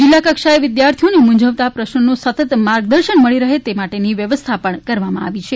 જિલ્લા કક્ષાએ વિદ્યાર્થીઓને મૂંઝવતા પ્રશ્નોનું સતત માર્ગદર્શન મળી રહે તે માટેની વ્ય્વસ્થા પણ કરવામાં આવેલી છે